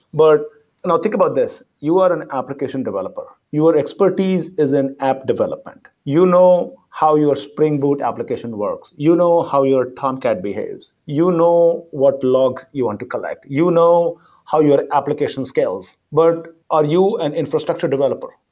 but now think about this, you are an application developer. your expertise is an app developer. and you know how your spring boot application works. you know how your tomcat behaves. you know what logs you want to collect. you know how your application scales, but are you an infrastructure developer?